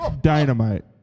dynamite